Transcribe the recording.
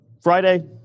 Friday